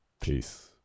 peace